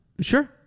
sure